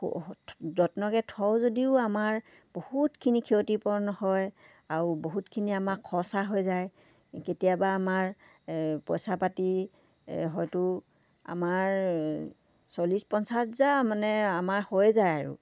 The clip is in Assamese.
যত্নকৈ থও যদিও আমাৰ বহুতখিনি ক্ষতিপূৰণ হয় আৰু বহুতখিনি আমাক খৰচা হৈ যায় কেতিয়াবা আমাৰ পইচা পাতি হয়তো আমাৰ চল্লিছ পঞ্চাছহাজাৰ মানে আমাৰ হৈ যায় আৰু